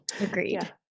Agreed